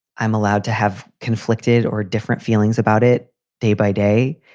i'm allowed to have conflicted or different feelings about it day by day.